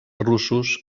russos